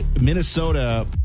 Minnesota